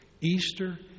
Easter